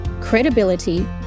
credibility